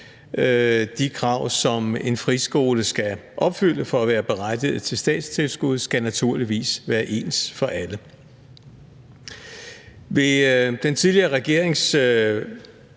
De krav, som en friskole skal opfylde for at være berettiget til statstilskud, skal naturligvis være ens for alle. Ved den tidligere regerings